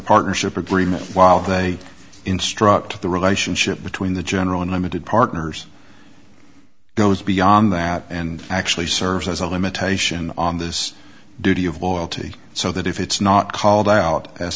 partnership agreement while they instruct the relationship between the general and limited partners goes beyond that and actually serves as a limitation on this duty of loyalty so that if it's not called out as